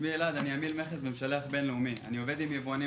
אני עמיל מכס במשלח בינלאומי, אני עובד עם יבואנים